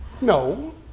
No